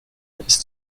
ist